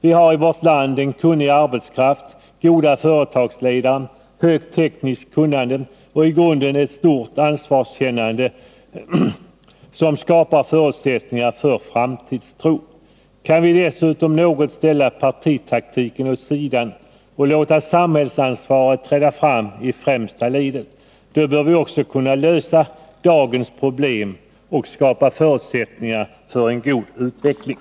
Vi har i vårt land kunnig arbetskraft, goda företagsledare, högt tekniskt kunnande och i grunden ett stort ansvarskännande, som skapar förutsättningar för framtidstro. Kan vi dessutom något ställa partitaktiken åt sidan och låta samhällsansvaret träda fram i främsta ledet, då bör vi också kunna lösa dagens problem och skapa förutsättningar för en god utveckling.